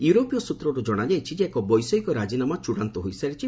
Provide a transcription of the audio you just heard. ଇଉରୋପୀୟ ସୂତ୍ରରୁ ଜଣାଯାଇଛି ଯେ ଏକ ବୈଷୟିକ ରାଜିନାମା ଚୂଡ଼ାନ୍ତ ହୋଇସାରିଛି